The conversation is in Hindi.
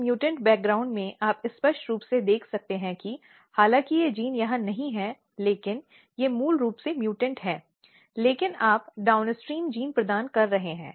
इस म्यूटॅन्ट पृष्ठभूमि में आप स्पष्ट रूप से देख सकते हैं कि हालांकि ये जीन यहां नहीं हैं लेकिन वे मूल रूप से म्यूटॅन्ट हैं लेकिन आप डाउनस्ट्रीम जीन प्रदान कर रहे हैं